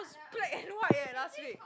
it's black and white eh last week